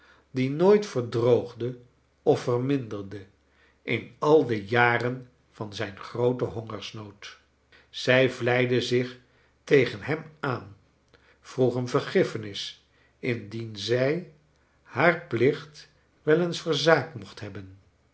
die nooit verdroogde of verminderde in al de jaren van zijn grooten hongersnood zij vleide zich tegen hem aan vroeg hem vergiffenis indien zij haar plicht wel eens verzaakt mccht hebben